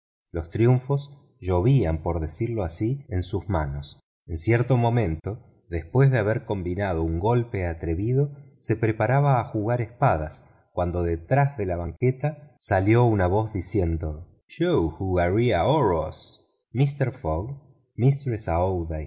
los triunfos llovían por decirlo así en sus manos en cierto momento después de haber combinado un golpe atrevido se preparaba a jugar espadas cuando detrás de la banqueta salió una voz diciendo yo jugaría oros mister